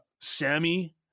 Sammy